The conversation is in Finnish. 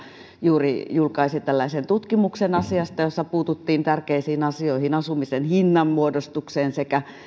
juuri julkaisi asiasta tutkimuksen jossa puututtiin tärkeisiin asioihin asumisen hinnanmuodostukseen sekä